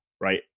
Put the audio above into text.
right